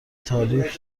تاریخ